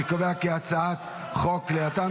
אני קובע כי הצעת חוק כליאתם